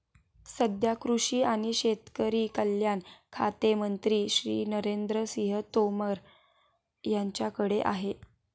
सध्या कृषी आणि शेतकरी कल्याण खाते मंत्री श्री नरेंद्र सिंह तोमर यांच्याकडे आहे